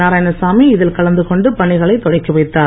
நாராயணசாமி இதில் கலந்து கொண்டு பணிகளை தொடக்கி வைத்தார்